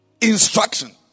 instruction